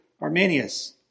Arminius